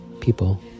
People